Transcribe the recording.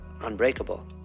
unbreakable